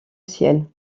ciel